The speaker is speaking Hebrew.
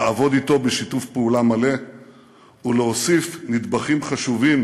לעבוד אתו בשיתוף פעולה מלא ולהוסיף נדבכים חשובים